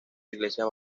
iglesias